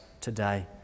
today